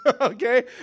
Okay